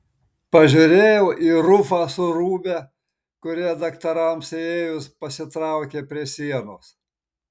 pažiūrėjau į rufą su rūbe kurie daktarams įėjus pasitraukė prie sienos